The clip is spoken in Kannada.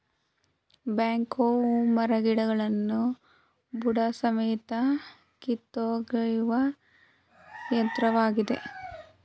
ಬ್ಯಾಕ್ ಹೋ ಮರಗಿಡಗಳನ್ನು ಬುಡಸಮೇತ ಕಿತ್ತೊಗೆಯುವ ಯಂತ್ರವಾಗಿದೆ